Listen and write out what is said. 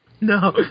No